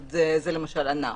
זה למשל ענף.